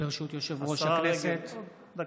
ברשות יושב-ראש הכנסת, אני